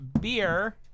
beer